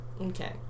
Okay